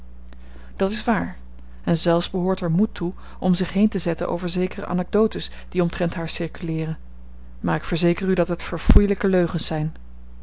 dat is waar en zelfs behoort er moed toe om zich heen te zetten over zekere anecdotes die omtrent haar circulairen maar ik verzeker u dat het verfoeielijke leugens zijn